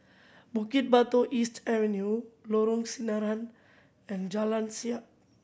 Bukit Batok East Avenue Lorong Sinaran and Jalan Siap